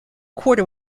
quarter